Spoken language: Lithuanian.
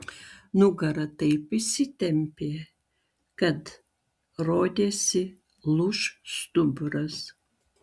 nugara taip įsitempė kad rodėsi lūš stuburas